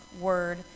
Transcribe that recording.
word